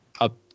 up